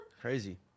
Crazy